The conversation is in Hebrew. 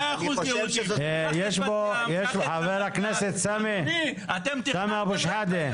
קח את --- אתם --- ח"כ סמי אבו שחאדה,